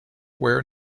where